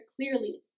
clearly